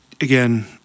again